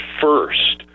first